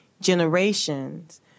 generations